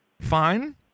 Fine